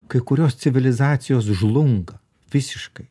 kai kurios civilizacijos žlunga visiškai